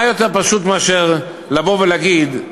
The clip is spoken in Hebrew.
מה יותר פשוט מאשר לבוא ולהגיד,